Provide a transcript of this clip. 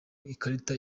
ikarita